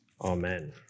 amen